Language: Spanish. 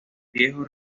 viejo